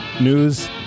news